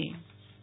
Nehal Thakkar